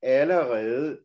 allerede